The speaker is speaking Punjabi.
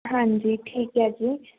ਹਾਂਜੀ ਠੀਕ ਹੈ ਜੀ